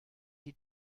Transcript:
die